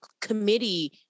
committee